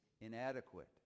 inadequate